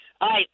Hi